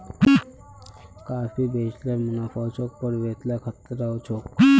काफी बेच ल मुनाफा छोक पर वतेला खतराओ छोक